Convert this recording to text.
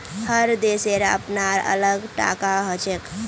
हर देशेर अपनार अलग टाका हछेक